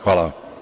Hvala.